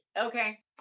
Okay